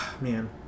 Man